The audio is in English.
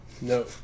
No